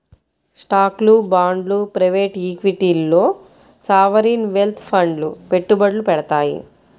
స్టాక్లు, బాండ్లు ప్రైవేట్ ఈక్విటీల్లో సావరీన్ వెల్త్ ఫండ్లు పెట్టుబడులు పెడతాయి